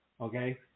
Okay